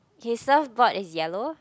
his surfboard board is yellow